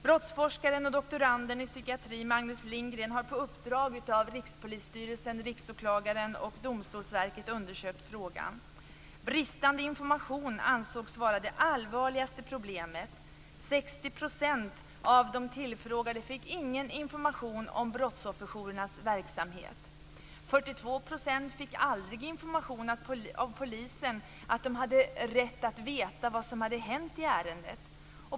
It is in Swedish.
Brottsforskaren och doktoranden i psykiatri Magnus Lindgren har på uppdrag av Rikspolisstyrelsen, Riksåklagaren och Domstolsverket undersökt frågan. Bristande information ansågs vara det allvarligaste problemet. 60 % av de tillfrågade fick ingen information om brottsofferjourernas verksamhet. 42 % fick aldrig information av polisen att de hade rätt att få veta vad som hade hänt i ärendet.